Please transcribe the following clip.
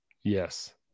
Yes